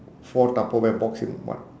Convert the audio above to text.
four tupperware box in one